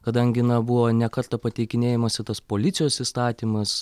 kadangi buvo ne kartą pateikinėjamas ir tas policijos įstatymas